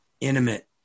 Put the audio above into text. intimate